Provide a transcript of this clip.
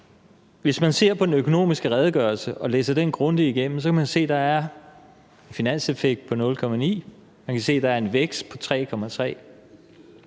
Hvis man ser på den økonomiske redegørelse og læser den grundigt igennem, kan man se, at der er en finanseffekt på 0,9 pct., man kan se, at der er en vækst på 3,3